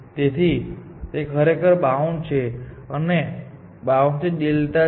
તેથી તે ખરેખર બાઉન્ડ છે અને તે બાઉન્ડ ડેલ્ટા છે